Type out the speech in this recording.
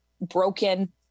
broken